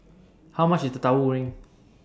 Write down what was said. How much IS Tauhu Goreng